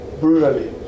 brutally